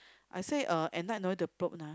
I say uh at night no need to put ah